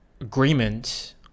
agreement